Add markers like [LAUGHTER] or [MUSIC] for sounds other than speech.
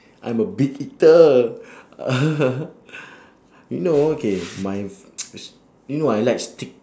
I'm a big eater [LAUGHS] you know okay my f~ [NOISE] s~ you know I like steak